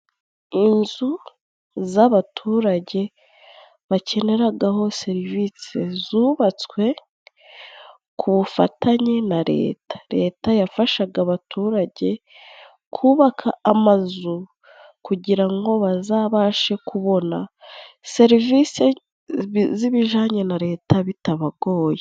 Inzu z'abaturage bakeneragaho serivise, zubatswe ku bufatanye na leta. Leta yafashaga abaturage kubaka amazu, kugira ngo bazabashe kubona serivisi z'ibijanye na leta bitabagoye.